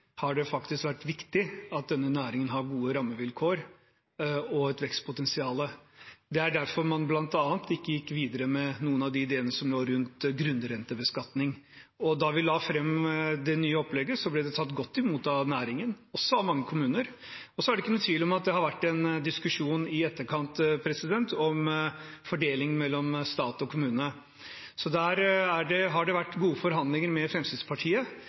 har det vært viktig at denne næringen har gode rammevilkår og et vekstpotensial. Det er bl.a. derfor man ikke gikk videre med noen av de ideene som lå rundt grunnrentebeskatning. Og da vi la fram det nye opplegget, ble det tatt godt imot av næringen, også av mange kommuner. Så er det ingen tvil om at det har vært en diskusjon i etterkant om fordelingen mellom stat og kommune. Der har det vært gode forhandlinger med Fremskrittspartiet.